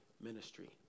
ministry